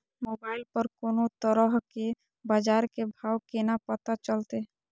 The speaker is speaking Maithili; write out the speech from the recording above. मोबाइल पर कोनो तरह के बाजार के भाव केना पता चलते?